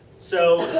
so,